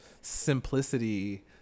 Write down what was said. simplicity